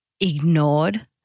ignored